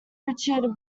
richard